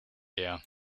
her